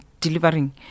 delivering